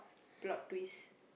plot twist